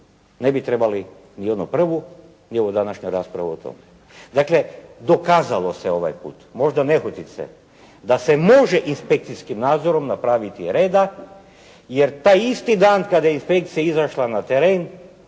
ne bi trebali ni onu prvu ni ovu današnju raspravu o tome. Dakle, dokazalo se ovaj put možda nehotice da se može inspekcijskim nadzorom napraviti reda, jer taj isti dan kada je inspekcija izašla na teren,